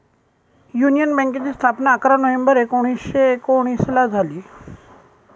union बँकेची स्थापना अकरा नोव्हेंबर एकोणीसशे एकोनिसला झाली